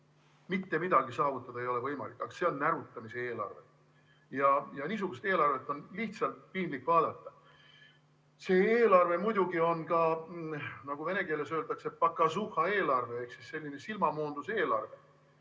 mitte midagi saavutada ei ole võimalik, aga see on närutamise eelarve ja niisugust eelarvet on lihtsalt piinlik vaadata. See eelarve muidugi on, nagu vene keeles öeldakse, pokazuhha‑eelarve ehk selline silmamoonduseelarve.